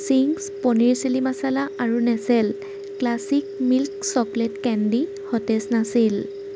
Ching's paneer chilli masala আৰু Nestle classic milk chocolate candy সতেজ নাছিল